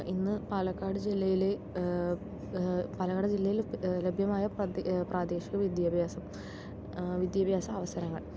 ഇന്ന് പാലക്കാട് ജില്ലയിൽ പാലക്കാട് ജില്ലയിൽ ലഭ്യമായ പ്രാദേശിക വിദ്യാഭ്യാസം വിദ്യാഭ്യാസ അവസരങ്ങൾ